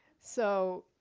so.